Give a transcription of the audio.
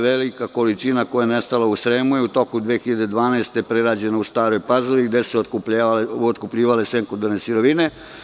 Velika količina koja je nestala u Sremu je u toku 2012. godine prerađena u Staroj Pazovi, gde su se otkupljivale sekundarne sirovine.